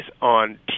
on